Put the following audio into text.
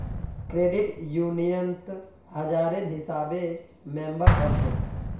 credit यूनियनत हजारेर हिसाबे मेम्बर हछेक